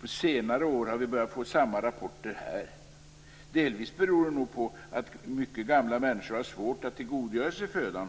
På senare år har vi börjat få samma rapporter här. Det beror nog delvis på att mycket gamla människor har svårt att tillgodogöra sig födan,